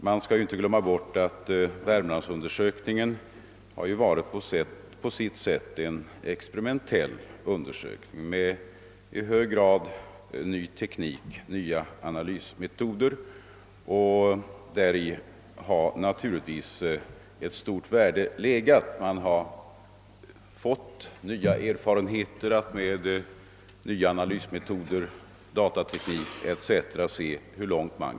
Man skall inte glömma bort att Värmlandsundersökningen på sitt sätt varit en experimentell verksamhet med ny teknik och nya analysmetoder, och däri har naturligtvis ett stort värde legat. Vi har fått erfarenheter av hur långt man f. n. kan komma med dessa analysmetoder, datateknik etc.